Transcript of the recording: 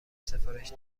سفارش